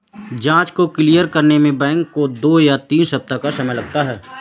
जाँच को क्लियर करने में बैंकों को दो या तीन सप्ताह का समय लगता है